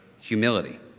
humility